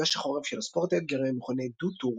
מפגש החורף של הספורט האתגרי המכונה "Dew Tour",